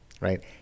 right